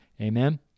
Amen